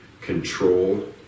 control